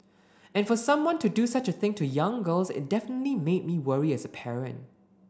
and for someone to do such a thing to young girls it definitely made me worry as a parent